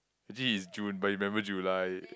actually it's June but he remember July